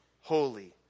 holy